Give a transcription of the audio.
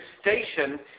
station